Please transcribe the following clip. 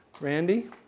Randy